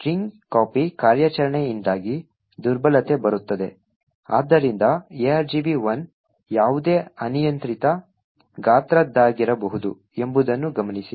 Strcpy ಕಾರ್ಯಾಚರಣೆಯಿಂದಾಗಿ ದುರ್ಬಲತೆ ಬರುತ್ತದೆ ಆದ್ದರಿಂದ argv1 ಯಾವುದೇ ಅನಿಯಂತ್ರಿತ ಗಾತ್ರದ್ದಾಗಿರಬಹುದು ಎಂಬುದನ್ನು ಗಮನಿಸಿ